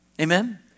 Amen